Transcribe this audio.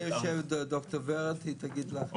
לידך יושבת דוקטור ורד, היא תגיד לך בדיוק.